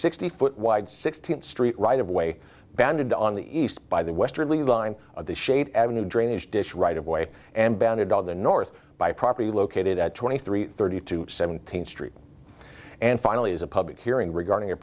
sixty foot wide sixteenth street right of way banded to on the east by the westerly line of the shade ave drainage ditch right of way and bounded on the north by property located at twenty three thirty two seventeenth street and finally as a public hearing regarding